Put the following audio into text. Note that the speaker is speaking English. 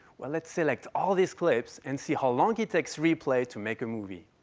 well, let's select all these clips and see how long it takes replay to make a movie.